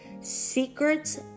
Secrets